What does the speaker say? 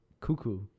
cuckoo